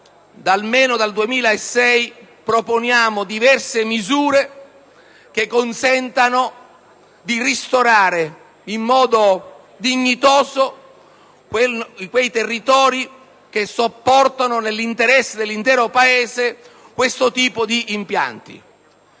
quest'Aula proponiamo diverse misure che consentano di ristorare in modo dignitoso quei territori che sopportano, nell'interesse dell'intero Paese, questo tipo di impianti.